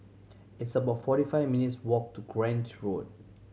it's about forty five minutes' walk to Grange Road